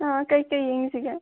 ꯀꯔꯤ ꯀꯔꯤ ꯌꯦꯡꯁꯤꯒꯦ